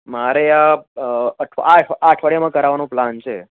મારે આ આ અઠવાડિયામાં કરાવવાનું પ્લાન છે